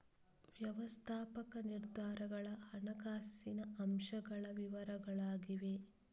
ವ್ಯವಸ್ಥಾಪಕ ನಿರ್ಧಾರಗಳ ಹಣಕಾಸಿನ ಅಂಶಗಳ ವಿವರಗಳಾಗಿವೆ